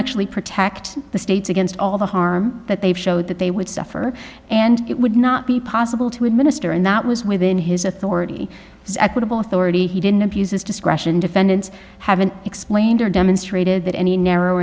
actually protect the states against all the harm that they've showed that they would suffer and it would not be possible to administer and that was within his authority as equitable authority he didn't abuse his discretion defendants haven't explained or demonstrated that any narrow